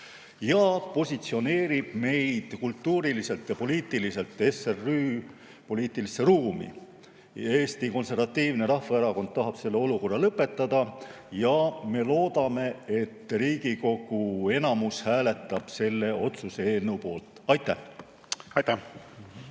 positsioneerib meid kultuuriliselt ja poliitiliselt SRÜ poliitilisse ruumi. Eesti Konservatiivne Rahvaerakond tahab selle olukorra lõpetada. Me loodame, et Riigikogu enamus hääletab selle otsuse eelnõu poolt. Aitäh!